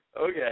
Okay